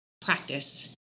practice